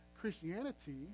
Christianity